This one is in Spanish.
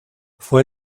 fue